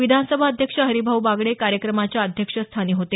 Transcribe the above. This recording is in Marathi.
विधानसभा अध्यक्ष हरिभाऊ बागडे कार्यक्रमाच्या अध्यक्षस्थानी होते